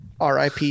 RIP